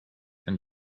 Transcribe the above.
and